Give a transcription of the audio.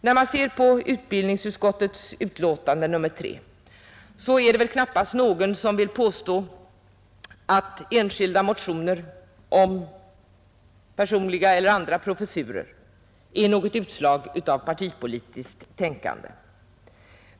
När vi ser på utbildningsutskottets betänkande nr 3 vill väl knappast någon påstå att enskilda motioner om personliga eller andra professurer är ett utslag av partipolitiskt tänkande.